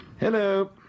Hello